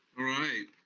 right,